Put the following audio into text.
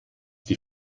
die